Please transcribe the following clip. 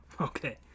Okay